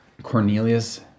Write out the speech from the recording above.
Cornelius